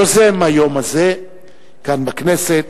יוזם היום הזה כאן בכנסת,